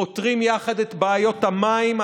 פותרים יחד את בעיות המים,